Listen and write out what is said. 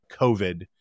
COVID